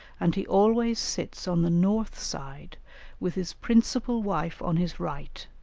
and he always sits on the north side with his principal wife on his right,